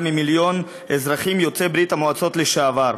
ממיליון אזרחים יוצאי ברית-המועצות לשעבר.